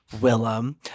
Willem